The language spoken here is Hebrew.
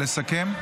לסכם.